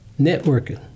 networking